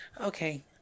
Okay